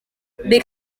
big